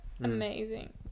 amazing